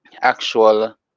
actual